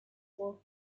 for